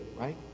right